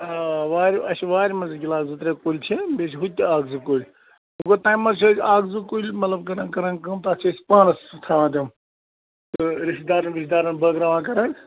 آ وارِ اَسہِ چھِ وارِ منٛزٕے گِلاس زٕ ترٛےٚ کُلۍ چھِ بیٚیہِ چھِ ہُتہِ اَکھ زٕ کُلۍ گوٚو تَمہِ منٛز چھِ أسۍ اَکھ زٕ کُلۍ مطلب کٕنان کَران کٲم تَتھ چھِ أسۍ پانس تھاوان تِم تہٕ رِشتہٕ دارن وِشتہٕ دارن بٲگراوَن کَران